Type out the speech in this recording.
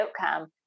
outcome